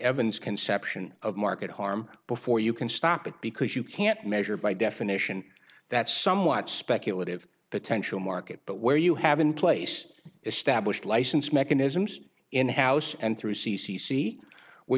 evans conception of market harm before you can stop it because you can't measure by definition that's somewhat speculative potential market but where you have in place established license mechanisms in house and through c c c where